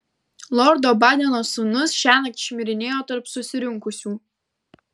lordo badeno sūnus šiąnakt šmirinėjo tarp susirinkusių